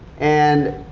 and,